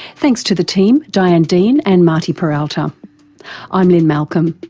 thanks to the team diane dean and marty peraltai'm um lynne malcolm.